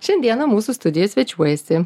šiandieną mūsų studijoj svečiuojasi